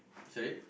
sorry